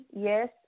yes